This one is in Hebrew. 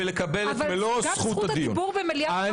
ולקבל את מלוא זכות הדיבור.